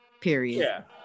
period